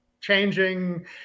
changing